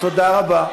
תודה רבה.